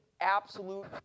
absolute